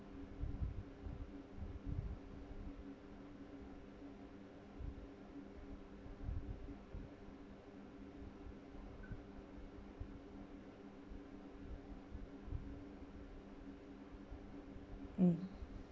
mm